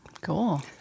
Cool